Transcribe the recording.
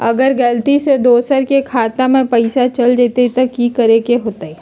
अगर गलती से दोसर के खाता में पैसा चल जताय त की करे के होतय?